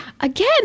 again